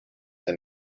and